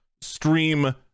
stream